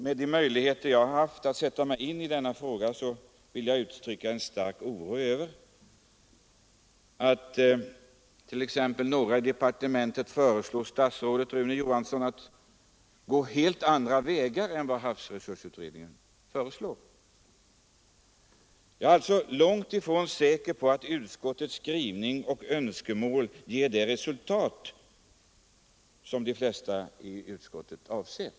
Med de möjligheter jag såsom motionär har haft att sätta mig in i denna fråga vill jag uttrycka en stark oro över att t.ex. några personer i departementet föreslår statsrådet Rune Johansson att gå helt andra vägar än havsresursutredningen föreslår. Jag är alltså långt ifrån säker på att utskottets skrivning och önskemål ger det resultat som de flesta inom utskottet avsett.